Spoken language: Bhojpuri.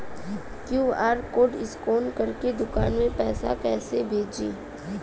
क्यू.आर कोड स्कैन करके दुकान में पैसा कइसे भेजी?